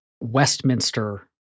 Westminster